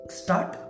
start